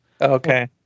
Okay